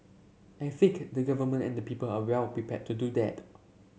I think the Government and the people are well prepared to do that